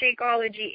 Shakeology